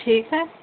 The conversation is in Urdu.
ٹھیک ہے